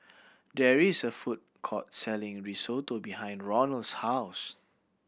there is a food court selling Risotto behind Ronal's house